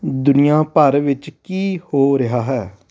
ਦੁਨੀਆਂ ਭਰ ਵਿੱਚ ਕੀ ਹੋ ਰਿਹਾ ਹੈ